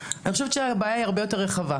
אני חושבת שהבעיה היא הרבה יותר רחבה.